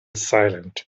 silent